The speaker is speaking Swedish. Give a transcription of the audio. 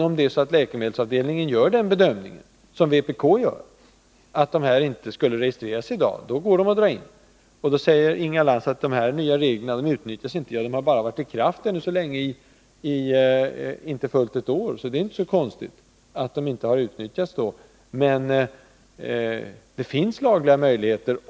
Om läkemedelsavdelningen gör den bedömningen, som vpk gör, att de inte skulle registreras i dag, så kan de dras in. Inga Lantz säger då att de reglerna inte utnyttjas. Men de har ju ännu så länge bara varit i kraft i inte fullt ett år, så det är inte konstigt att de inte har utnyttjats. Det finns alltså lagliga möjligheter.